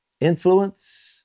influence